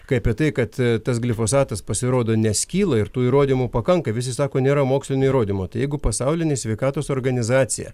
kai apie tai kad tas glifosatas pasirodo neskyla ir tų įrodymų pakanka visi sako nėra mokslinių įrodymų tai jeigu pasaulinė sveikatos organizacija